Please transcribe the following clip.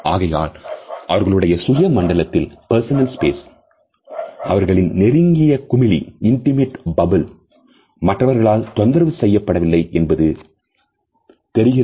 ஆகையால் அவர்களுடைய சுய மண்டலத்தில் அவர்களின் நெருங்கிய குமிழி மற்றவர்களால் தொந்தரவு செய்யப்படவில்லை என்பது தெரிகிறது